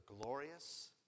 glorious